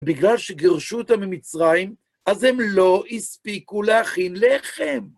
בגלל שגירשו אותם ממצרים, אז הם לא הספיקו להכין לחם.